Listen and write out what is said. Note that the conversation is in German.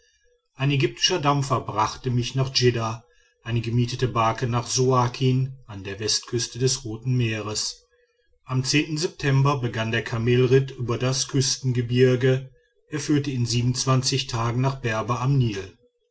ein ägyptischer dampfer brachte mich nach dschidda eine gemietete barke nach suakin an der westküste des roten meers am september begann der kamelritt über das küstengebirge er führte in tagen nach berber am nil